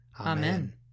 Amen